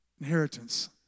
Inheritance